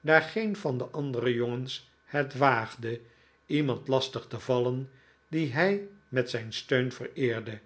daar geen van de andere jongens het waagde iemand lastig te vallen dien hij met zijn steun vereerde